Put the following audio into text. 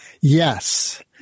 yes